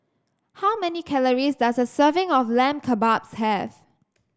how many calories does a serving of Lamb Kebabs have